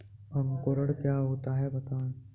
अंकुरण क्या होता है बताएँ?